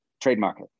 trademark